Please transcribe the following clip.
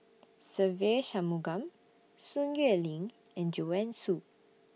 Se Ve Shanmugam Sun Xueling and Joanne Soo